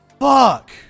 Fuck